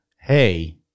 hey